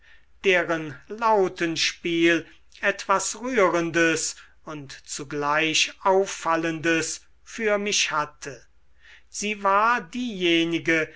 deren lautenspiel etwas rührendes und zugleich auffallendes für mich hatte sie war diejenige